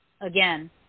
again